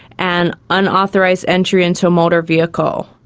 and unauthorised entry into a motor vehicle.